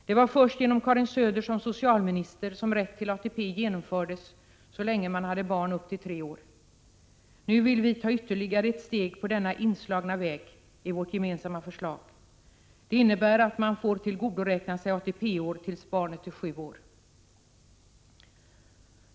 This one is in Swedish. Det var först med Karin Söder som socialminister som rätt till ATP infördes så länge man har barn upp till tre år. Nu vill vi i vårt gemensamma förslag ta ytterligare ett steg på denna inslagna väg. Det innebär att man får tillgodoräkna sig ATP-år tills barnet är sju år.